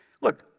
look